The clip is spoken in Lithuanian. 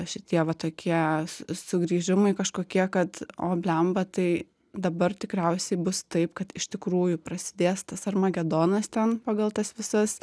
šitie va tokie su sugrįžimai kažkokie kad o bliamba tai dabar tikriausiai bus taip kad iš tikrųjų prasidės tas armagedonas ten pagal tas visas